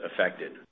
affected